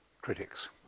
critics